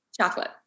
Chocolate